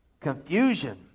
confusion